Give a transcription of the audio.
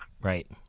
Right